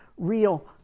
real